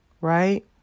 right